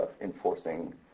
enforcing